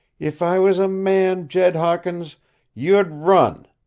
if i was a man, jed hawkins you'd run!